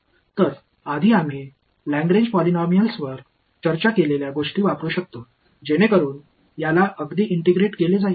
तर आधी आम्ही लाग्रेंज पॉलिनिमियल्सवर चर्चा केलेल्या गोष्टी वापरू शकतो जेणेकरून याला अगदी इंटिग्रेट केले जाईल